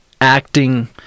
acting